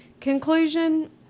conclusion